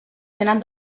tenen